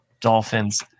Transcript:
Dolphins